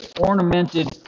ornamented